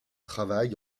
travail